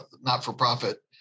not-for-profit